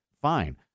fine